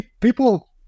people